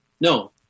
No